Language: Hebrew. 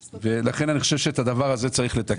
לכן אני חושב שאת הדבר הזה צריך לתקן.